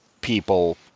people